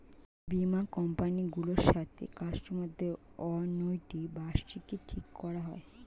বীমা কোম্পানি গুলোর সাথে কাস্টমার দের অ্যানুইটি বা বার্ষিকী ঠিক করা হয়